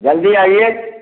जल्दी आइए